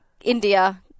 India